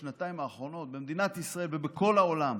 בשנתיים האחרונות במדינת ישראל ובכל העולם